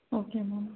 okay ma'am